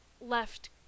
left